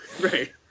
right